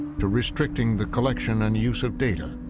to restricting the collection and use of data.